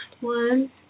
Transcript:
One